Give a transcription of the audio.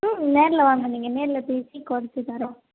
ம் நேரில் வாங்க நீங்கள் நேரில் பேசி குறைச்சி தரோம்